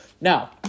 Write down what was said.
Now